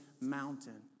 mountain